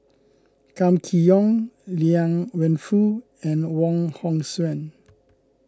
Kam Kee Yong Liang Wenfu and Wong Hong Suen